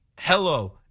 Hello